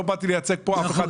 לא באתי לייצג פה אף אחד.